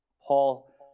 Paul